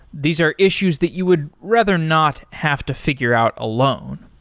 these are issues that you would rather not have to figure out alone.